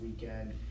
weekend